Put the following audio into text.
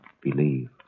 believe